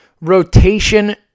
rotation